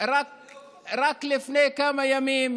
רק לפני ימים,